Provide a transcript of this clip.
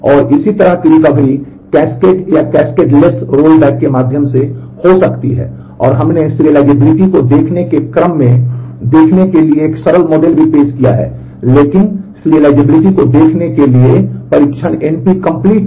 और इस तरह की रिकवरी कैस्केड या कैस्केडलेस रोलबैक के माध्यम से हो सकती है और हमने सीरियलाइज़िबिलिटी को देखने के क्रम में देखने के लिए एक सरल मॉडल भी पेश किया है लेकिन सीरियज़िबिलिटी को देखने के लिए परीक्षण NP complete है